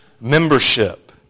membership